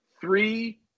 three